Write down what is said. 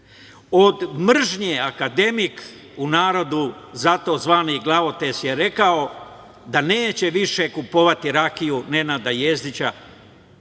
Od mržnje akademik, u narodu zato zvani glavotres, je rekao da neće više kupovati rakiju Nenada Jezdića,